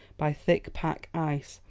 by thick pack ice,